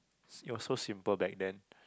it was so simple back then